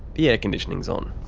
the air conditioning's um